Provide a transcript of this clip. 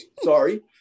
Sorry